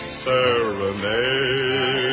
serenade